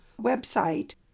website